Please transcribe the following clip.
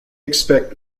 expect